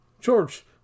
George